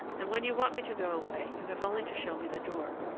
and when you want me to go away, you have only to show me the door.